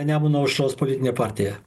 nemuno aušros politinė partija